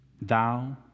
thou